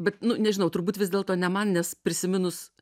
bet nu nežinau turbūt vis dėlto ne man nes prisiminus